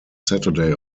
saturday